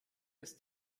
ist